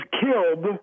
killed